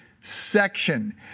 section